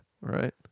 Right